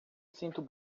sinto